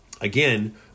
again